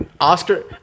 Oscar